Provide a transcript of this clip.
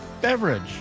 beverage